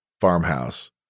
farmhouse